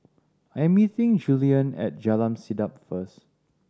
I am meeting Juliann at Jalan Sedap first